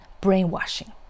brainwashing